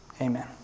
Amen